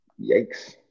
yikes